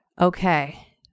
Okay